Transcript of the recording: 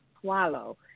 swallow